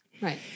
Right